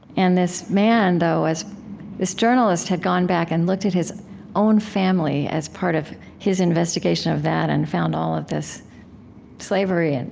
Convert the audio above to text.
and this man, though, this journalist, had gone back and looked at his own family, as part of his investigation of that, and found all of this slavery, and